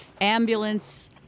ambulance